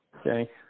Okay